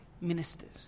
ministers